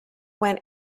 went